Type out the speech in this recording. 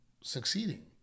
succeeding